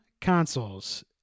consoles